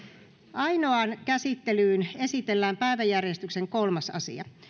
ainoaan käsittelyyn esitellään päiväjärjestyksen kolmas asia